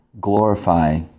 glorify